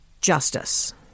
justice